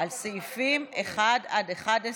על סעיפים 1 11,